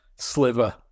sliver